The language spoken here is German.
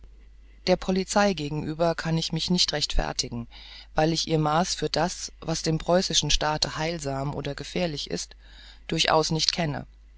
der polizei gegenüber kann ich mich nicht rechtfertigen weil ich ihr maß für das was dem preußischen staate heilsam oder gefährlich ist durchaus nicht kenne